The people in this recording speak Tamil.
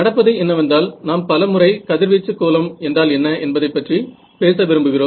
நடப்பது என்னவென்றால் நாம் பலமுறை கதிர்வீச்சு கோலம் என்றால் என்ன என்பதை பற்றி பேச விரும்புகிறோம்